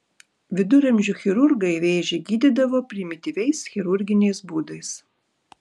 viduramžių chirurgai vėžį gydydavo primityviais chirurginiais būdais